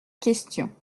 questions